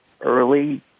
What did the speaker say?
early